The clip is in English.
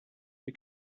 you